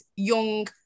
young